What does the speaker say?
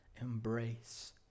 embrace